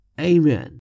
Amen